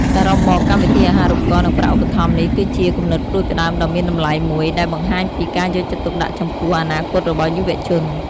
សរុបមក កម្មវិធីអាហារូបករណ៍ និងប្រាក់ឧបត្ថម្ភនេះគឺជា គំនិតផ្ដួចផ្ដើមដ៏មានតម្លៃមួយ ដែលបង្ហាញពី ការយកចិត្តទុកដាក់ ចំពោះ អនាគតរបស់យុវជន។